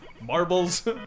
Marbles